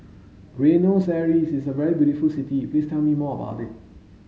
Buenos Aires is a very beautiful city please tell me more about it